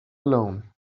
alone